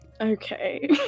Okay